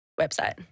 website